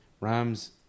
Rams